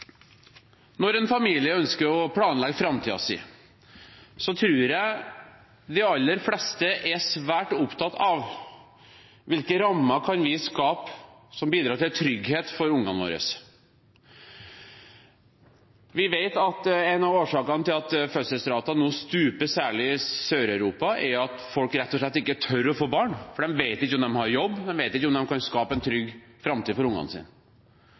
Når en familie ønsker å planlegge framtiden sin, tror jeg de aller fleste er svært opptatt av hvilke rammer de kan skape som bidrar til trygghet for ungene sine. Vi vet at en av årsakene til at fødselsraten nå stuper, særlig i Sør-Europa, er at folk rett og slett ikke tør å få barn, for de vet ikke om de har jobb, de vet ikke om de kan skape en trygg framtid for ungene